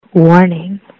Warning